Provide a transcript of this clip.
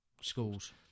schools